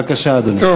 בבקשה, אדוני.